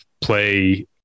play